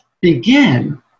begin